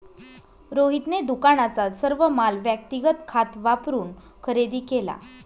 रोहितने दुकानाचा सर्व माल व्यक्तिगत खात वापरून खरेदी केला